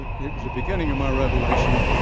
it was the beginning of my revelation